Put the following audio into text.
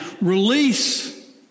release